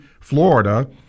Florida